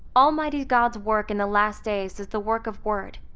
almighty god's work in the last days is the work of word.